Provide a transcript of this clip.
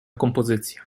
kompozycja